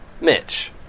Mitch